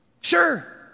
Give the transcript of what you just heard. Sure